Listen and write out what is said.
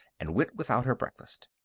and went without her breakfast.